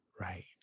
Right